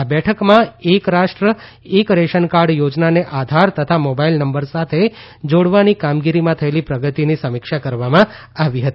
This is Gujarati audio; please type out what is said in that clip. આ બેઠકમાં એક રાષ્ટ્ર એક રેશન કાર્ડ યોજનાને આધાર તથા મોબાઇલ નંબર સાથે જોડવાની કામગીરીમાં થયેલી પ્રગતીની સમીક્ષા કરવામાં આવી હતી